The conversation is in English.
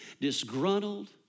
disgruntled